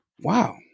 Wow